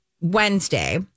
Wednesday